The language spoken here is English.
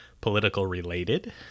political-related